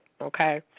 Okay